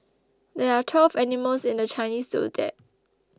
there are twelve animals in the Chinese zodiac